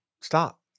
Stop